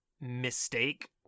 mistake